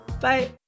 Bye